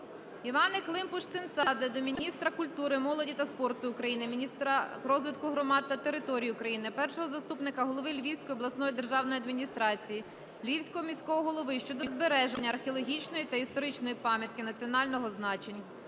Іванни Климпуш-Цинцадзе до міністра культури, молоді та спорту України, міністра розвитку громад та територій України, першого заступника голови Львівської обласної державної адміністрації, Львівського міського голови щодо збереження археологічної та історичної пам’ятки національного значення,